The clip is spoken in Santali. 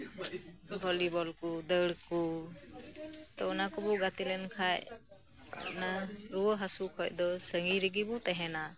ᱵᱷᱚᱞᱤᱵᱚᱞᱠᱩ ᱫᱟᱹᱲᱠᱩ ᱚᱱᱟᱠᱩᱵᱩ ᱜᱟᱛᱤᱞᱮᱱᱠᱷᱟᱡ ᱚᱱᱟ ᱨᱩᱣᱟᱹ ᱦᱟᱥᱩᱠᱷᱚᱡ ᱫᱚ ᱥᱟᱺᱜᱤᱧ ᱨᱮᱜᱮᱵᱩ ᱛᱟᱦᱮᱱᱟ